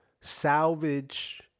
salvage